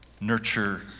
Nurture